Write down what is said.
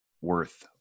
worth